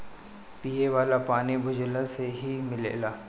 पिये वाला पानी भूजल से ही मिलेला